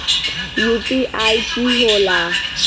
UPI कि होला?